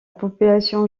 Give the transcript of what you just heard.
population